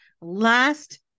last